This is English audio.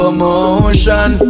motion